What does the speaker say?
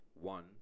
one